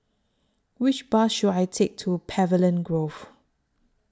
Which Bus should I Take to Pavilion Grove